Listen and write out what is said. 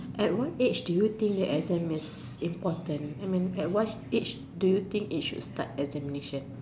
at what age do you think exam is important at what age do you think should start examination